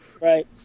Right